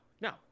no